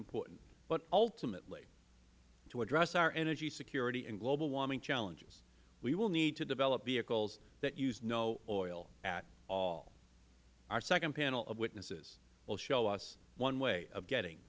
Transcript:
important but ultimately to address our energy security and global warming challenges we will need to develop vehicles that use no oil at all our second panel of witnesses will show us one way of getting